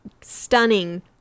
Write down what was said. stunning